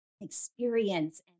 experience